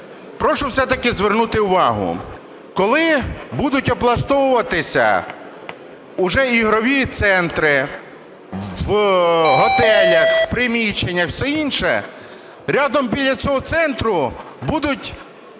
Прошу все-таки звернути увагу. Коли будуть облаштовуватися уже ігрові центри в готелях, в приміщеннях, все інше, рядом біля цього центру будуть